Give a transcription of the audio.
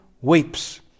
weeps